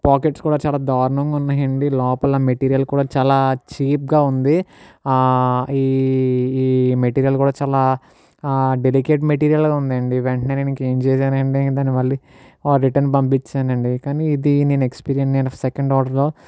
pockets కూడా చాలా దారుణంగా ఉన్నాయండి లోపల మెటీరియాల్ కూడా చాలా చీప్గా ఉంది ఆ ఈ మెటీరియాల్ కూడా చాలా డెలికేట్ మెటీరియాల్గా ఉందండి వెంటనే నేను ఇంకేం చేశానంటే దాన్ని మళ్ళీ రిటర్న్ పంపిచేసాను అండి కానీ ఇది నేను ఎక్స్పీరియన్ నేను సెకెండ్ ఆర్డర్లో